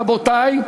רבותי,